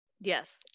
Yes